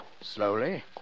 slowly